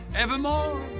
evermore